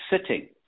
sitting